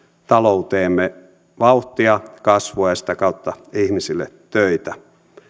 talouteemme vauhtia kasvua ja sitä kautta ihmisille töitä